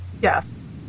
Yes